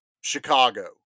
Chicago